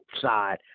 side